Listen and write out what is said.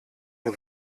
ein